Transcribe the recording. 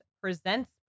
presents